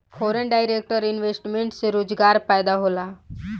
foreign direct investment से रोजगार पैदा होला